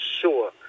sure